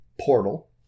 Portal